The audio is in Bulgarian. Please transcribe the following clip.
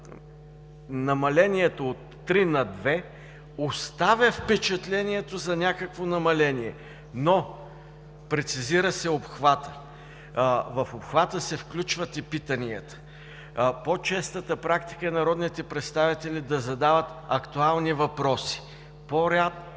намалението от 3 на 2 оставя впечатлението за някакво намаление, но се прецизира обхватът, в него се включват и питанията. По-честата практика е народните представители да задават актуални въпроси, по-рядко